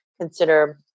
consider